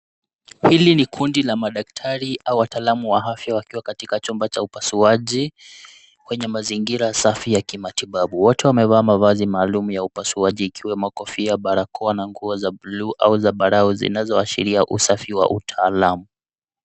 Hili ni kundi la madaktari au wataalam wa afya wakiwa katika chumba cha upasuaji kwenye mazingira safi ya kimatibabu. Wote wamevaa mavazi maalum ya upasuaji yakiwemo kofia, barakoa na nguo za bluu au zambarau zinazoashiria usafi wa utaalam.